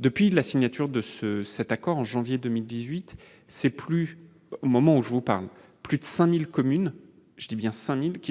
Depuis la signature de cet accord en janvier 2018, plus de 5 000 communes